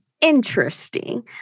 interesting